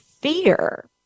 fear